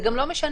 זה גם לא משנה.